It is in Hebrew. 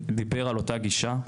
דיבר על אותה גישה.